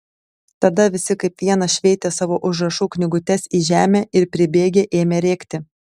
tada visi kaip vienas šveitė savo užrašų knygutes į žemę ir pribėgę ėmė rėkti